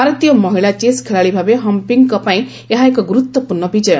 ଭାରତୀୟ ମହିଳା ଚେସ୍ ଖେଳାଳୀଭାବେ ହମ୍ପିଂଙ୍କ ପାଇଁ ଏହା ଏକ ଗୁରୁତ୍ୱପୂର୍ଣ୍ଣ ବିଜୟ